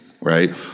right